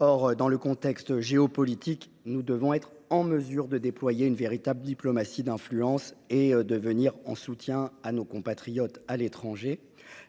Or, dans le contexte géopolitique actuel, nous devons être en mesure de déployer une véritable diplomatie d’influence et d’apporter un réel soutien à nos concitoyens résidant à l’étranger.